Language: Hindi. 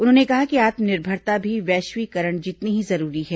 उन्होंने कहा कि आत्मनिर्भरता भी वैश्वीकरण जितनी ही जरूरी है